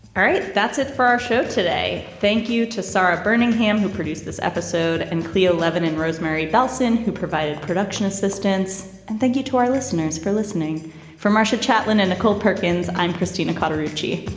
all right. that's it for our show today. thank you to sara burning ham who produced this episode and cleo levin and rosemary belson who provided production assistance. and thank you to our listeners for listening for marsha chatwin and nicole perkins. i'm christina carter yuichi